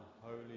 holy